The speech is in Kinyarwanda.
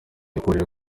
nkorera